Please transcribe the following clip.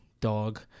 dog